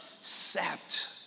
sapped